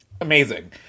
amazing